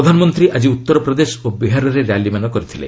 ପ୍ରଧାନମନ୍ତ୍ରୀ ଆଜି ଉତ୍ତରପ୍ରଦେଶ ଓ ବିହାରରେ ର୍ୟାଲିମାନ କରିଥିଲେ